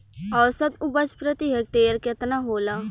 औसत उपज प्रति हेक्टेयर केतना होला?